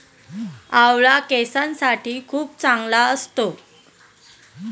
आवळा केसांसाठी खूप चांगला असतो